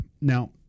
now